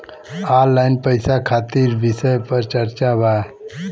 Online पैसा खातिर विषय पर चर्चा वा?